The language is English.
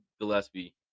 Gillespie